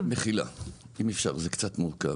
מחילה, אם אפשר, זה קצת מורכב.